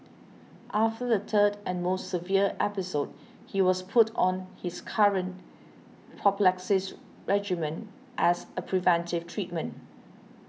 after the third and most severe episode he was put on his current prophylaxis regimen as a preventive treatment